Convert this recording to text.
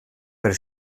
però